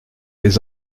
les